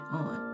on